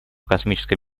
космическая